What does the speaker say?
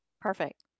perfect